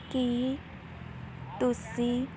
ਕੀ ਤੁਸੀਂ